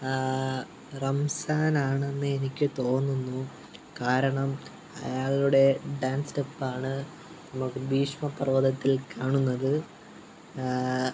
റംസാൻ ആണെന്ന് എനിക്ക് തോന്നുന്നു കാരണം അയാളുടെ ഡാൻസ് സ്റ്റെപ്പാണ് നമ്മുടെ ഭീഷ്മ പർവ്വതത്തിൽ കാണുന്നത്